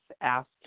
asked